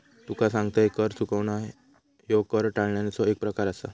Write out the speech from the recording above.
तुका सांगतंय, कर चुकवणा ह्यो कर टाळण्याचो एक प्रकार आसा